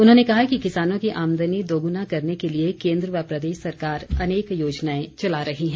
उन्होंने कहा कि किसानों की आमदनी दोगुना करने के लिए केन्द्र व प्रदेश सरकार अनेक योजनाएं चला रही हैं